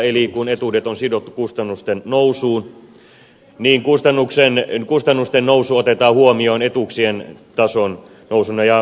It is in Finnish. eli kun etuudet on sidottu kustannusten nousuun niin kustannusten nousu otetaan huomioon etuuksien tason nousuna